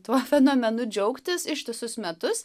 tuo fenomenu džiaugtis ištisus metus